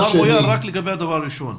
רק לגבי הדבר הראשון.